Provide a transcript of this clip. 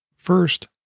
First